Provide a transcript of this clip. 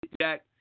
Jack